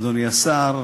אדוני השר,